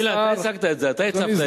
אילן, אתה הצגת את זה, אתה הצפת את זה.